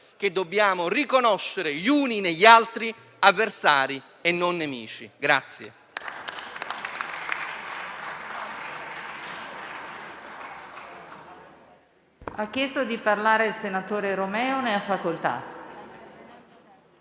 che dobbiamo riconoscere gli uni negli altri avversari e non nemici.